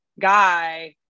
guy